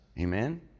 Amen